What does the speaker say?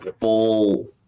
full